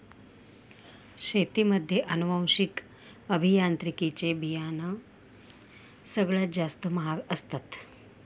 शेतीमध्ये अनुवांशिक अभियांत्रिकी चे बियाणं सगळ्यात जास्त महाग असतात